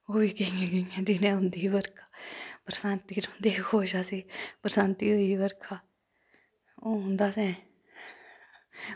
ओह् बी कोईयैं केईयैं दिनैं होंदी ही बरखा बरसांती रौंह्दे दे खुश असें बरसांती होई बरखा हून दा असैं